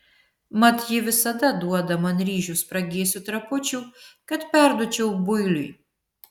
mat ji visada duoda man ryžių spragėsių trapučių kad perduočiau builiui